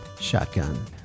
shotgun